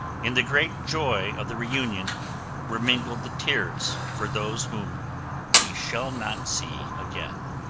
in the great joy of the reunion were mingled the tears for those whom we shall not see again.